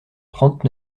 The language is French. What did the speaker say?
trente